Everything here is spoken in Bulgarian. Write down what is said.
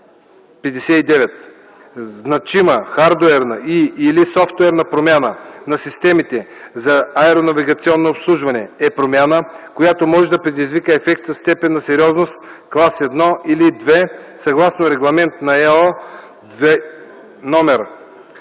„59. „Значима хардуерна и/или софтуерна промяна на системите за аеронавигационно обслужване” е промяна, която може да предизвика ефект със степен на сериозност клас 1 или 2 съгласно Регламент (ЕО) №